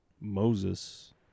Moses